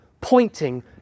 pointing